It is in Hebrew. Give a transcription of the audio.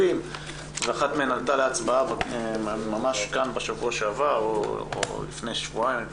ואחת מהן עלתה להצבעה ממש כאן בשבוע שעבר או לפני שבועיים.